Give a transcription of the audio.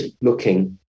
looking